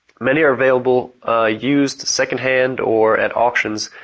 many are available used, second hand or at auctions,